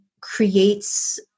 creates